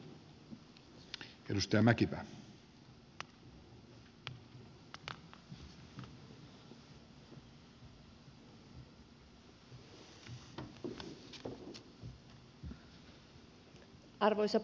arvoisa puhemies